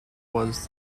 was